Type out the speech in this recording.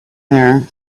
there